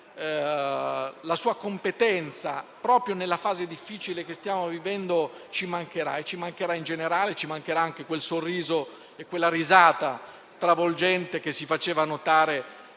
la sua competenza proprio nella fase difficile che stiamo vivendo ci mancheranno. Ci mancheranno anche quel sorriso e quella risata travolgente che si faceva notare